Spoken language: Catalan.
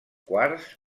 quars